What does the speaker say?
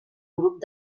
grup